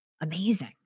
Amazing